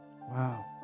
Wow